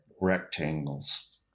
rectangles